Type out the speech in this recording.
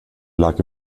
lag